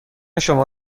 شما